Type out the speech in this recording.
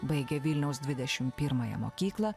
baigė vilniaus dvidešim pirmąją mokyklą